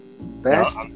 best